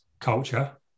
culture